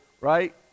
right